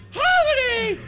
holiday